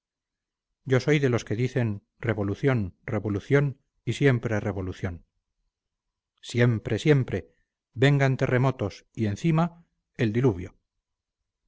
yo soy de los que dicen revolución revolución y siempre revolución siempre siempre vengan terremotos y encima el diluvio